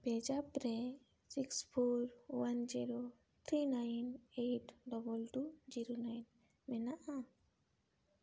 ᱯᱮᱡᱟᱯ ᱨᱮ six four one zero three one eight double two zero nine ᱢᱮᱱᱟᱜᱼᱟ